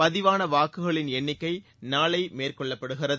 பதிவான வாக்குகளின் எண்ணிக்கை நாளை மேற்கொள்ளப்படுகிறது